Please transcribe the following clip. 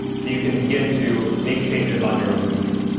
so you can begin to make changes on your own computer.